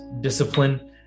discipline